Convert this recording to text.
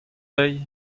deiz